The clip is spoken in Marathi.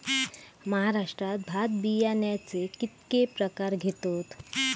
महाराष्ट्रात भात बियाण्याचे कीतके प्रकार घेतत?